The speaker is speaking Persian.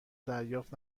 دریافت